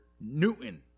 Newton